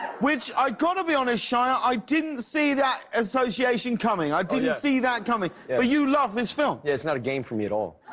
which i got to be honest shia, i didn't see that association coming. i didn't see that coming but you love this film. yeah it's not agame for me at all.